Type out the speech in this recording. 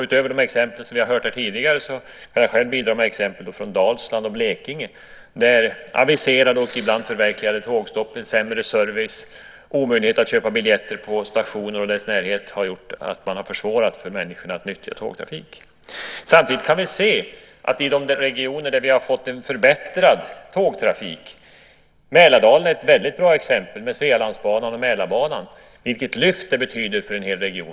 Utöver de exempel vi har hört tidigare kan jag bidra med exempel från Dalsland och Blekinge, där aviserade och ibland förverkligade indragningar av tågstoppen, sämre service, omöjlighet att köpa biljetten på stationen och i dess närhet har gjort att man har försvårat för människorna att nyttja tågtrafik. Samtidigt kan vi se att de regioner där vi har fått en förbättrad tågtrafik - Mälardalen är ett bra exempel med Svealandsbanan och Mälarbanan - har fått ett betydligt lyft.